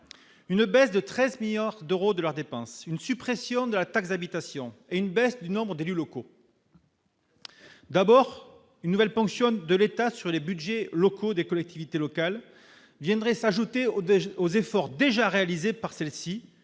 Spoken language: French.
une baisse de 13 milliards d'euros de leurs dépenses, une suppression de la taxe d'habitation et une baisse du nombre d'élus locaux. D'abord une nouvelle ponction de l'État sur les Budgets locaux, des collectivités locales, viendraient s'ajouter aux déjà aux efforts déjà réalisés par celle-ci,